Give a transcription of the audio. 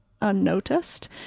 unnoticed